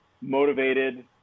motivated